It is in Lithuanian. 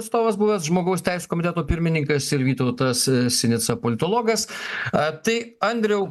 atstovas buvęs žmogaus teisių komiteto pirmininkas ir vytautas sinica politologas a tai andriau